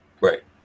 Right